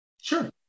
Sure